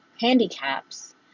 handicaps